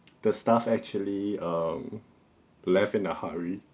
the staff actually um left in a hurry